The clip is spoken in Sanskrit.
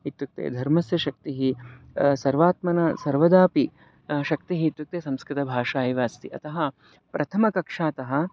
इत्युक्ते धर्मस्य शक्तिः सर्वात्मना सर्वदा अपि शक्तिः इत्युक्ते संस्कृतभाषा एव अस्ति अतः प्रथमकक्षातः